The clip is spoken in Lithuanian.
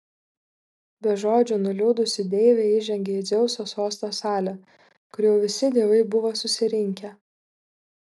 be žodžio nuliūdusi deivė įžengė į dzeuso sosto salę kur jau visi dievai buvo susirinkę